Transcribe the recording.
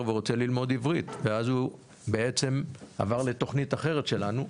והוא רוצה ללמוד עברית ואז הוא בעצם עבר לתוכנית אחרת שלנו,